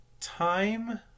time